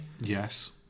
Yes